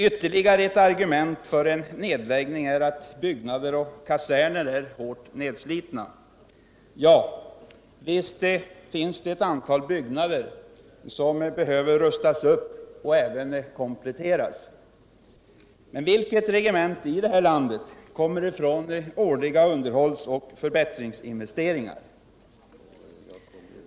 Ytterligare ett argument för en nedläggning är att byggnader och kaserner är hårt nedslitna. Ja, visst finns det ett antal byggnader som behöver rustas upp och kompletteras. Vilket regemente i det här landet kommer ifrån årliga underhållsoch förbättringsinvesteringar?